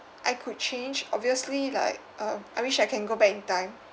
I could change obviously like uh I wish I can go back in time